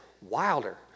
wilder